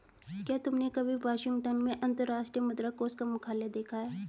क्या तुमने कभी वाशिंगटन में अंतर्राष्ट्रीय मुद्रा कोष का मुख्यालय देखा है?